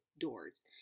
doors